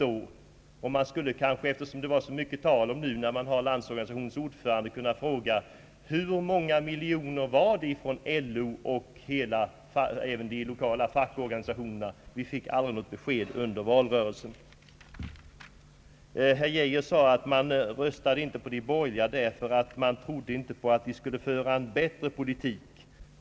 Eftersom det har varit så mycket tal om detta och vi nu har Landsorganisationens ordförande här skulle jag vilja fråga: Hur stora var bidragen från LO och även de lokala fackorganisationerna? Vi fick aldrig något besked härom under valrörelsen. Herr Geijer framhöll att man underlät att rösta på de borgerliga partierna därför att man inte trodde att de skulle kunna föra en bättre politik.